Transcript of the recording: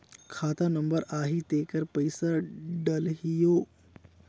खाता नंबर आही तेकर पइसा डलहीओ?